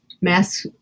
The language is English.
mask